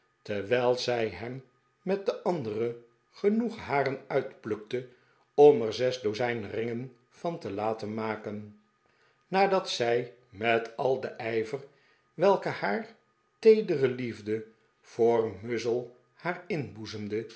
terwijl zij hem met de andere genoeg haren uitplukte om er zes dozijn ringen van te laten maken nadat zij met al den ijver welken haar teedere liefde voor muzzle haar